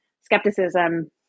skepticism